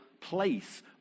place